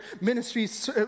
ministries